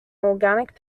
organic